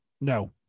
No